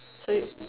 so you